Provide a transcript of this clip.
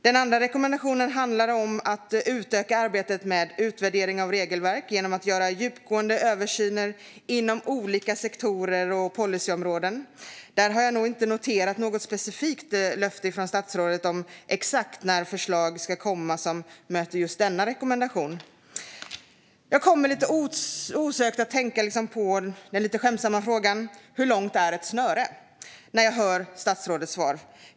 Den andra rekommendationen handlade om att utöka arbetet med utvärdering av regelverk genom att göra djupgående översyner inom olika sektorer och policyområden. Här har jag inte noterat något specifikt löfte från statsrådet om exakt när förslag ska komma som möter denna rekommendation. Jag kommer osökt att tänka på den lite skämtsamma frågan "Hur långt är ett snöre?" när jag hör statsrådets svar.